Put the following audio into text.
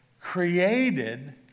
created